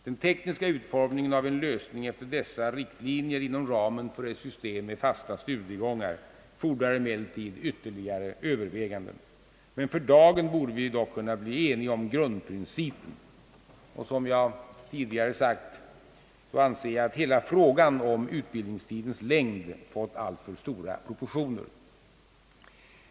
Den tekniska utformningen av en lösning efter dessa riktlinjer inom ramen för ett system med fasta studiegångar fordrar emellertid ytterligare överväganden. För dagen borde vi dock kunna bli eniga om grundprincipen. Som jag tidigare sagt, anser jag att hela frågan om utbildningstidens längd har fått alltför stora proportioner.